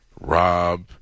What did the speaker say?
Rob